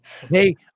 Hey